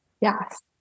yes